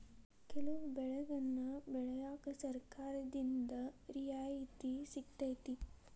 ಕೆಲವು ಬೆಳೆಗನ್ನಾ ಬೆಳ್ಯಾಕ ಸರ್ಕಾರದಿಂದ ರಿಯಾಯಿತಿ ಸಿಗತೈತಿ